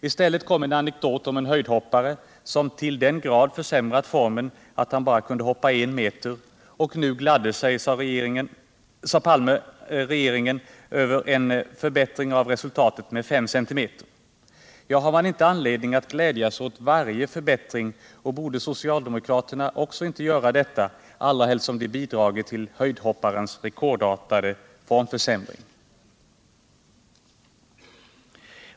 I stället kom en anekdot om en höjdhoppare som till den grad försämrat formen att han bara kunde hoppa I m. Och nu gladde sig regeringen, sade Olof Palme, över en förbättring av resultatet med 5 cm. Ja, har man inte anledning att glädja sig åt varje förbättring, och borde inte socialdemokraterna också göra det, allra helst som de bidragit till höjdhopparens rekordartade formförsämring?